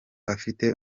afite